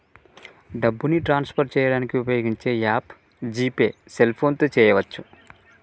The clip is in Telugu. డబ్బుని ట్రాన్స్ఫర్ చేయడానికి ఉపయోగించే యాప్ జీ పే సెల్ఫోన్తో చేయవచ్చు